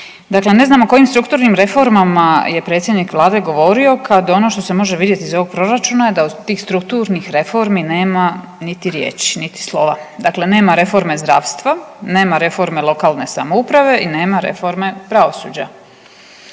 Dakle ne znamo o kojim strukturnim reformama je predsjednik Vlade govorio kad ono što se može vidjeti iz ovog Proračuna da od tih strukturnih reformi nema niti riječi niti slova. Dakle nema reforme zdravstva, nema reforme lokalne samouprave i nema reforme pravosuđa.